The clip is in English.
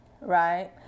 right